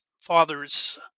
father's